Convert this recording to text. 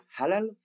halal